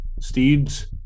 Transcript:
steeds